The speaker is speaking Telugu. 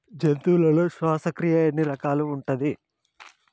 జంతువులలో శ్వాసక్రియ ఎన్ని రకాలు ఉంటది?